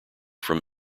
from